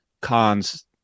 cons